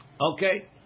Okay